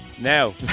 Now